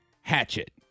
Hatchet